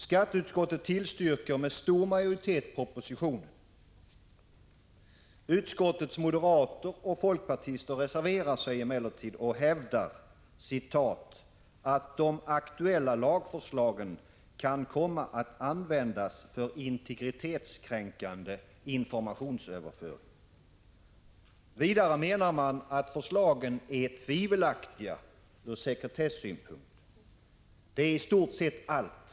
Skatteutskottet tillstyrker med stor majoritet propositionen. Utskottets moderater och folkpartister reserverar sig emellertid och hävdar ”att de nu aktuella lagförslagen kan komma att användas för integritetskränkande informationsöverföring”. Vidare menar man att förslagen är tvivelaktiga från sekretessynpunkt. Det är i stort sett allt.